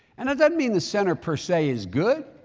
and it doesn't mean the center per se is good,